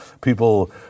people